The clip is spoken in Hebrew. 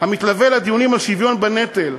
המתלווה לדיונים על השוויון בנטל,